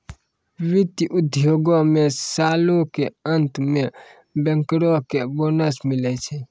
वित्त उद्योगो मे सालो के अंत मे बैंकरो के बोनस मिलै छै